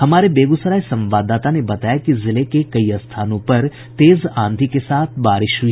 हमारे बेगूसराय संवाददाता ने बताया कि जिले के कई स्थानों पर तेज आंधी के साथ बारिश हुई